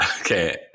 Okay